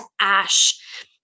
ash